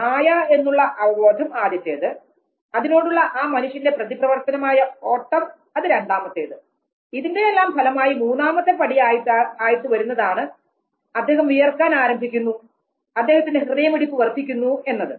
നായ എന്നുള്ള അവബോധം ആദ്യത്തേത് അതിനോടുള്ള ആ മനുഷ്യൻറെ പ്രതിപ്രവർത്തനം ആയ ഓട്ടം അത് രണ്ടാമത്തേത് ഇതിൻറെ എല്ലാം ഫലമായി മൂന്നാമത്തെ പടി ആയിട്ട് വരുന്നതാണ് അദ്ദേഹം വിയർക്കാൻ ആരംഭിക്കുന്നു അദ്ദേഹത്തിൻറെ ഹൃദയമിടിപ്പ് വർദ്ധിക്കുന്നു എന്നത്